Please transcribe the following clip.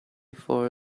for